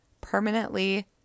permanently